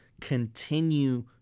continue